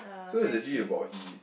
so is actually about he